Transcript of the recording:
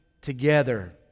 together